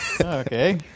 okay